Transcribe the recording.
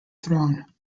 throne